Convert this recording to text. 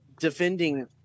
defending